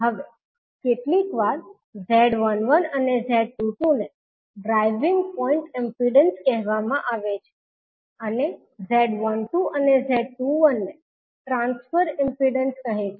હવે કેટલીકવાર 𝐳11 અને 𝐳22 ને ડ્રાઇવિંગ પોઇન્ટ ઈમ્પીડંસ કહેવામાં આવે છે અને 𝐳12 અને 𝐳21 ને ટ્રાન્સફર ઇમ્પિડન્સ કહે છે